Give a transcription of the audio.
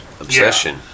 Obsession